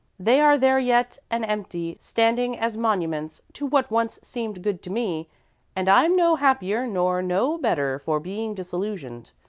they are there yet and empty standing as monuments to what once seemed good to me and i'm no happier nor no better for being disillusioned.